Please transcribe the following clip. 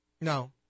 No